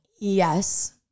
Yes